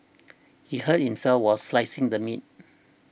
he hurt himself while slicing the meat